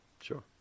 Sure